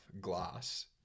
glass